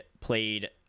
played